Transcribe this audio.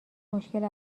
مشکل